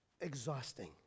Exhausting